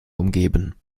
umgeben